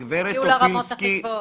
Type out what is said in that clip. שציינתם הם הגיעו לרמות הכי גבוהות.